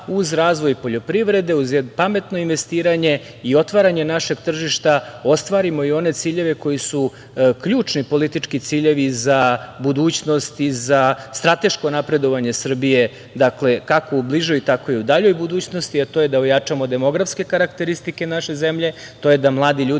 uz razvoj poljoprivrede, uz pametno investiranje i otvaranje našeg tržišta ostvarimo i one ciljeve koji su ključni politički ciljevi za budućnost i za strateško napredovanje Srbije kako u bližoj, tako i u daljoj budućnosti, a to je da ojačamo demografske karakteristike naše zemlje, to je da mladi ljudi